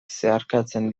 zeharkatzen